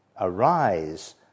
Arise